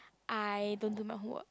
I don't do my homework